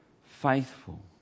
faithful